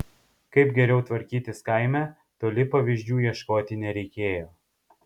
kaip geriau tvarkytis kaime toli pavyzdžių ieškoti nereikėjo